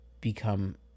become